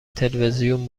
تلویزیون